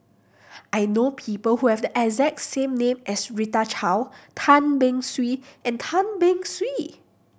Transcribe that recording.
I know people who have the exact same name as Rita Chao Tan Beng Swee and Tan Beng Swee